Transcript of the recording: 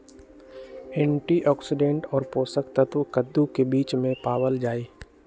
antioxidant और पोषक तत्व कद्दू के बीज में पावल जाहई